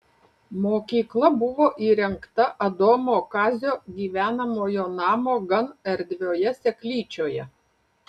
mokykla buvo įrengta adomo kazio gyvenamojo namo gan erdvioje seklyčioje